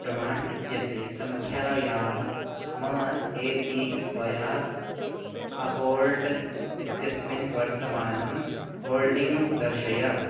प्रमाण् इत्यस्य सङ्ख्यायाः मम ए पी ह्वया अकोल्ट् इत्यस्मिन् वर्तमानं होल्डिङ्ग् दर्शय